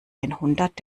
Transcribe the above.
einhundert